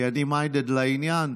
כי אני minded לעניין,